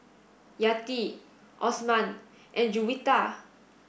Yati Osman and Juwita